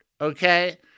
okay